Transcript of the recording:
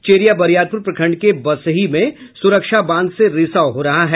चेरिया बरियारपुर प्रखंड के बसही में सुरक्षा बांध से रिसाव हो रहा है